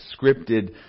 scripted